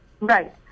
Right